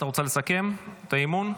אתה רוצה לסכם את האי-אמון?